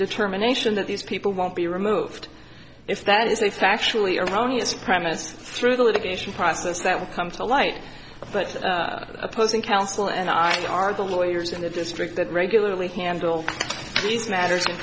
determination that these people won't be removed if that is a factually erroneous premise through the litigation process that will come to light but the opposing counsel and i are the lawyers in the district that regularly handle these matters in